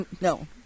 No